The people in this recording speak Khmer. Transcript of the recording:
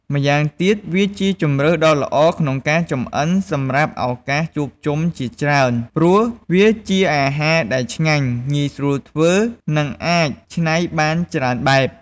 ម្យ៉ាងទៀត វាជាជម្រើសដ៏ល្អក្នុងការចម្អិនសម្រាប់ឱកាសជួបជុំជាច្រើន ព្រោះវាជាអាហារដែលឆ្ងាញ់ ងាយស្រួលធ្វើ និងអាចច្នៃបានច្រើនបែប។